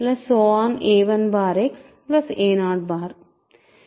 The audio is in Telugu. a 1 Xa 0